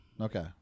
Okay